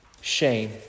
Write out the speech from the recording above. shame